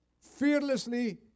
fearlessly